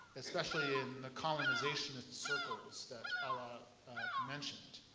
especially in the colonization circles that ala mentioned.